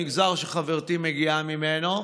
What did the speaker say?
המגזר שחברתי מגיעה ממנו,